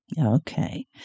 Okay